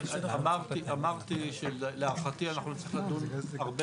אמרתי שלהערכתי אנחנו נצטרך לדון הרבה